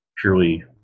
purely